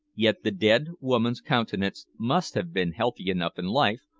yet the dead woman's countenance must have been healthy enough in life,